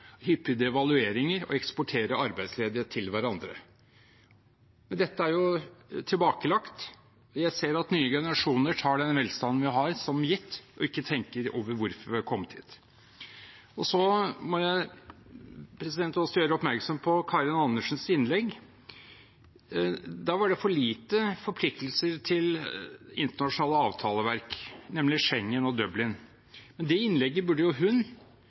å eksportere arbeidsledige til hverandre. Dette er tilbakelagt. Jeg ser at nye generasjoner tar den velstanden som vi har, for gitt, og ikke tenker over hvorfor vi har kommet dit. Så må jeg gjøre oppmerksom på Karin Andersens innlegg. Der var det for lite forpliktelser til internasjonale avtaleverk, nemlig Schengen og Dublin. Det innlegget burde hun jo